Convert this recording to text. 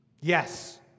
Yes